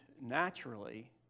naturally